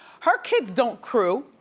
her kids don't crew.